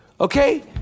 Okay